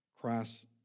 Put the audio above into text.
Christ